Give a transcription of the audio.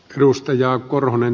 arvoisa puhemies